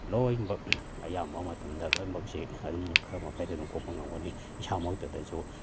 ꯂꯣꯏꯅꯃꯛ ꯑꯌꯥꯝꯕ ꯃꯇꯝꯗ ꯂꯣꯏꯅꯃꯛꯁꯤ ꯑꯗꯨꯝ ꯈꯔ ꯃꯈꯩꯗꯤ ꯑꯗꯨꯝ ꯀꯣꯛꯄ ꯉꯝꯒꯅꯤ ꯏꯁꯥꯃꯛꯇꯗꯁꯨ